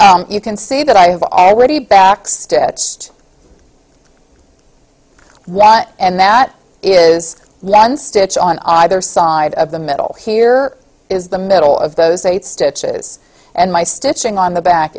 you can see that i have already back stitched one and that is lance stitch on either side of the middle here is the middle of those eight stitches and my stitching on the back